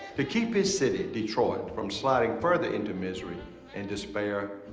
to keep his city detroit from sliding further into misery and despair,